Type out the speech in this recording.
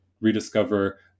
rediscover